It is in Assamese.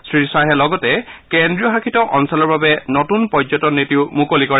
শ্ৰীশ্বাহে লগতে কেন্দ্ৰীয় শাসিত অঞ্চলৰ বাবে নতুন পৰ্যটন নীতি মুকলি কৰে